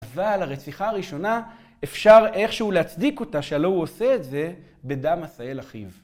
אבל הרציחה הראשונה אפשר איכשהו להצדיק אותה שהלא הוא עושה את זה בדם עשהאל אחיו.